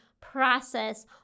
process